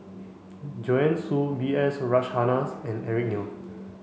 Joanne Soo B S Rajhans and Eric Neo